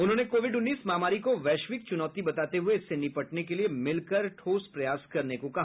उन्होंने कोविड उन्नीस महामारी को वैश्विक चुनौती बताते हुए इससे निपटने के लिए मिलकर ठोस प्रयास करने को कहा